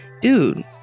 dude